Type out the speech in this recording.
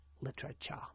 literature